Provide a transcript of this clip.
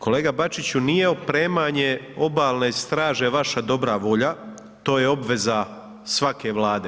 Kolega Bačiću nije opremanje obalne straže vaša dobra volja, to je obveza svake vlade.